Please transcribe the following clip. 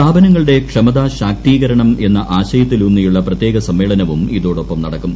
സ്ഥാപനങ്ങളുടെ ക്ഷമതാ ശാക്തീകരണം എന്ന ആശയത്തിലൂന്നിയുള്ള പ്രത്യേക സമ്മേളനവും ഇതോടൊപ്പം നടക്കും